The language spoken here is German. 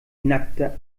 nackte